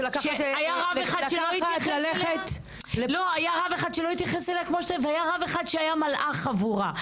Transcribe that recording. שהיה רב אחד שלא התייחס אליה כמו שצריך והיה רב אחד שהיה מלאך עבורה.